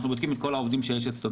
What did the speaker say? אנחנו בודקים את כל העובדים שיש אצלו,